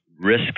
risk